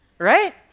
right